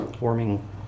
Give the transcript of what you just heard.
warming